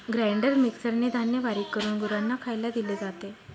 grinder मिक्सरने धान्य बारीक करून गुरांना खायला दिले जाते